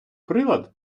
прилад